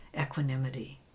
equanimity